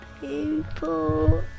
people